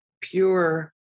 pure